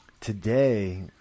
today